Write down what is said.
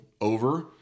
over